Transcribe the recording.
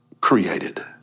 created